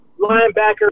linebacker